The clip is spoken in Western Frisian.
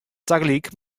tagelyk